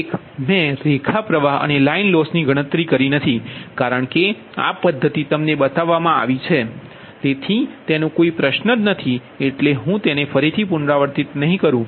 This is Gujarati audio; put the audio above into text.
મેં રેખા પ્રવાહ અને લાઇનના લોસ ની ગણતરી કરી નથી કારણ કે આ પદ્ધતિ તમને બતાવવામાં આવી છે તેથી તેનો કોઈ પ્રશ્ન જ નથી એટલે હુ તેને ફરીથી પુનરાવર્તિત નહીં કરુ